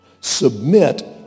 Submit